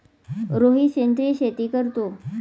रोहित सेंद्रिय शेती करतो